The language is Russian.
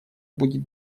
будет